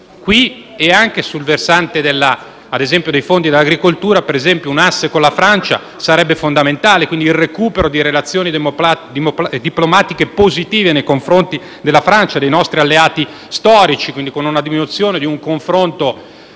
alleanze. Sul versante dei fondi per l'agricoltura, per esempio, un asse con la Francia sarebbe fondamentale. C'è bisogno di un recupero delle relazioni diplomatiche positive, nei confronti della Francia, dei nostri alleati storici, con una diminuzione di un confronto